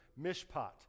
mishpat